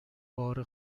بار